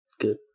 Good